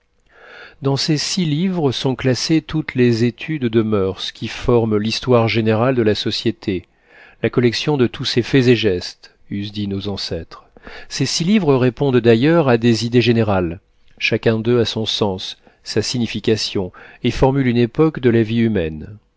dans ces six livres sont classées toutes les etudes de moeurs qui forment l'histoire générale de la société la collection de tous ses faits et gestes eussent dit nos ancêtres ces six livres répondent d'ailleurs à des idées générales chacun d'eux a son sens sa signification et formule une époque de la vie humaine